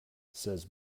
says